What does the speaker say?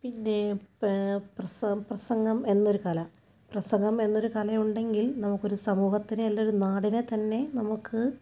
പിന്നെ പേ പ്രസം പ്രസംഗം എന്നൊരു കല പ്രസംഗം എന്നൊരു കലയുണ്ടെങ്കിൽ നമുക്ക് ഒരു സമൂഹത്തിന് അല്ലൊരു നാടിനെ തന്നെ നമുക്ക്